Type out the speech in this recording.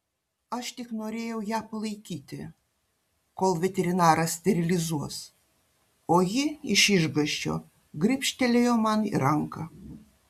aš tik norėjau ją palaikyti kol veterinaras sterilizuos o ji iš išgąsčio gribštelėjo man į ranką